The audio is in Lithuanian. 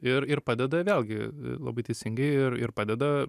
ir ir padeda vėlgi labai teisingai ir ir padeda